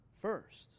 first